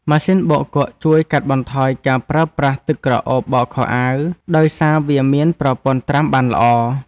ម៉ាស៊ីនបោកគក់ជួយកាត់បន្ថយការប្រើប្រាស់ទឹកក្រអូបបោកខោអាវដោយសារវាមានប្រព័ន្ធត្រាំបានល្អ។